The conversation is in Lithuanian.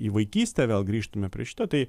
į vaikystę vėl grįžtume prie šito tai